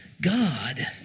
God